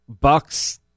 Bucks